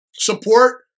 support